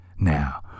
Now